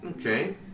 Okay